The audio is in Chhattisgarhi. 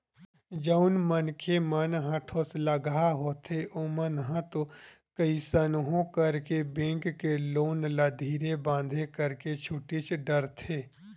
जउन मनखे मन ह ठोसलगहा होथे ओमन ह तो कइसनो करके बेंक के लोन ल धीरे बांधे करके छूटीच डरथे